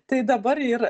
tai dabar yr